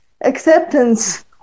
acceptance